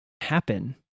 happen